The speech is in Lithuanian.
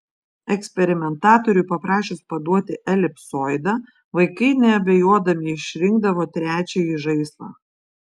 eksperimentatoriui paprašius paduoti elipsoidą vaikai neabejodami išrinkdavo trečiąjį žaislą